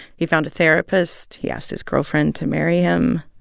he found a therapist. he asked his girlfriend to marry him.